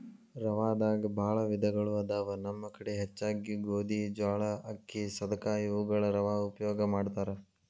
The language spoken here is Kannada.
ರವಾದಾಗ ಬಾಳ ವಿಧಗಳು ಅದಾವ ನಮ್ಮ ಕಡೆ ಹೆಚ್ಚಾಗಿ ಗೋಧಿ, ಜ್ವಾಳಾ, ಅಕ್ಕಿ, ಸದಕಾ ಇವುಗಳ ರವಾ ಉಪಯೋಗ ಮಾಡತಾರ